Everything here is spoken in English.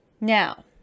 Now